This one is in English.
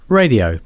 radio